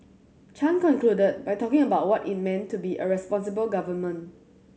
Chan concluded by talking about what it meant to be a responsible government